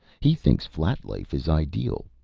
he thinks flat life is ideal.